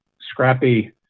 scrappy